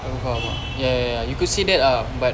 aku faham ah ya ya ya you could say that ah but